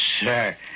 sir